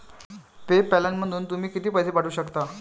पे पॅलमधून तुम्ही किती पैसे पाठवू शकता?